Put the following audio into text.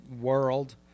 world